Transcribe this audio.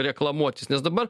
reklamuotis nes dabar